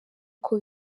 uko